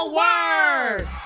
word